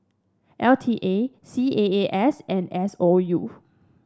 L T A C A A S and S O U